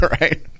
Right